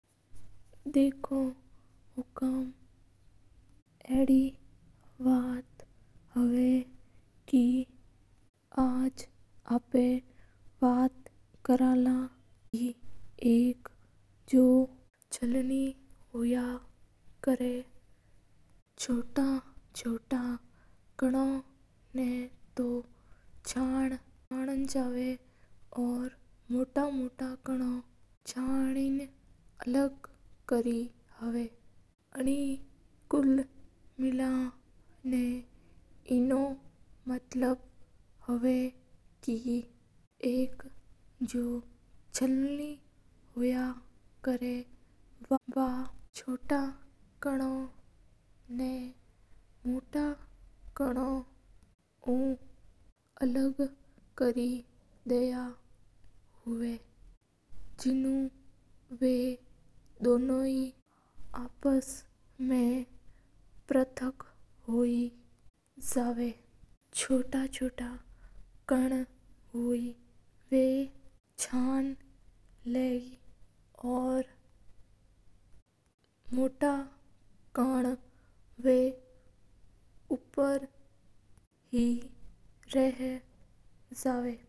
देखो सा हुकूम आपा बात करा का अक छलनी हुया जाकी छोटा छोटा काना ना तो छन देवां। और मोट काना ना अलग कर दिया हवा ऐनो मतलब ऊ हवा हा का छलनी उ मोटा काना और छोटा कान ना अलग कर या करा हा। छलनी उ कचरो और दाणा पर्टक कर या करा उनु आ हवा का मोटा कान छलनी रा मैन और छोटा कान नीचे निकाल जवा हा।